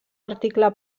article